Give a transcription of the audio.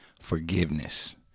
forgiveness